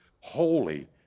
holy